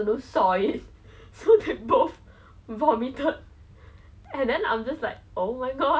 so like 每个人都在那里坐着吃 but because it was the last night we were supposed to rush for a campfire